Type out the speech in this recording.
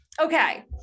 okay